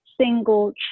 single